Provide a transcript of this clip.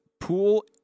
Pool